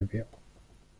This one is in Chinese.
列表